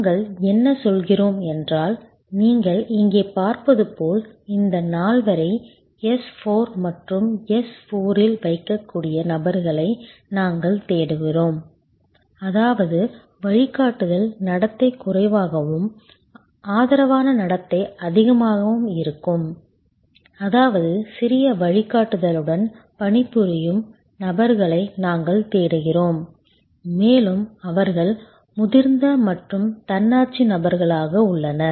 நாங்கள் என்ன சொல்கிறோம் என்றால் நீங்கள் இங்கே பார்ப்பது போல் இந்த நால்வரை S 4 மற்றும் S 4 இல் வைக்கக்கூடிய நபர்களை நாங்கள் தேடுகிறோம் அதாவது வழிகாட்டுதல் நடத்தை குறைவாகவும் ஆதரவான நடத்தை அதிகமாகவும் இருக்கும் அதாவது சிறிய வழிகாட்டுதலுடன் பணிபுரியும் நபர்களை நாங்கள் தேடுகிறோம் மேலும் அவர்கள் முதிர்ந்த மற்றும் தன்னாட்சி நபர்களாக உள்ளனர்